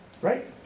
Right